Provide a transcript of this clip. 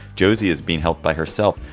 jose is being helped by herself.